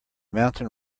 mountain